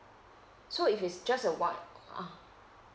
so if it's just a one uh